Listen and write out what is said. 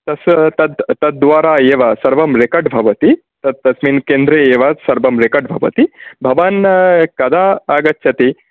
तस् तद् तद् द्वारा एव सर्वं रेकार्ड् भवति तत् तस्मिन् केन्दे एव सर्वं रेकार्ड् भवति भवान् कदा आगच्छति